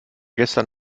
gestern